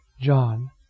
John